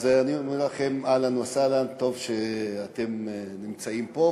אז אני אומר לכם אהלן וסהלן, טוב שאתם נמצאים פה.